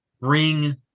bring